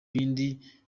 bindi